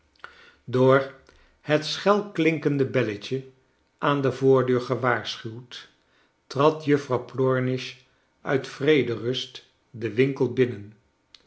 door het schel klinkende belle t jo aan de voordeur gewaarschuwd trad juffrouw plornish uit yrederust den winkel binnen